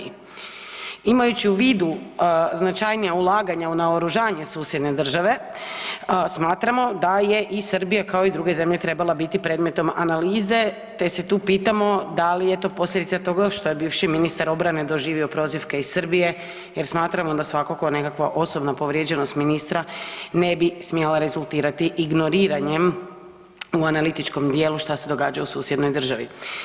Imajući u vidu značajnija ulaganja u naoružanje susjedne države smatramo da je i Srbija kao i druge zemlje trebala biti predmetom analize, te se tu pitamo da li je to posljedica toga što je bivši ministar obrane doživio prozivke iz Srbije jer smatramo da svakako nekakva osobna povrijeđenost ministra ne bi smjela rezultirati ignoriranjem u analitičkom dijelu šta se događa u susjednoj državi.